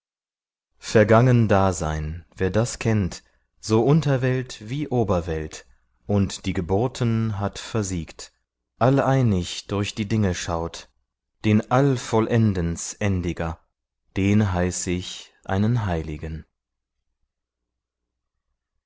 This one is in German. vergangen dasein wer das kennt so unterwelt wie oberwelt und die geburten hat versiegt alleinig durch die dinge schaut den allvollendensendiger den heiß ich einen heiligen